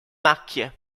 macchie